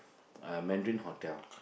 uh Mandarin-Hotel